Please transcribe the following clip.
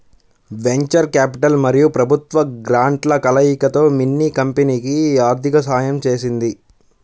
venture capital మరియు ప్రభుత్వ గ్రాంట్ల కలయికతో మిన్నీ కంపెనీకి ఆర్థిక సహాయం చేసింది